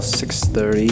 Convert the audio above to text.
6.30